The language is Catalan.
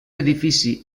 edifici